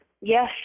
Yes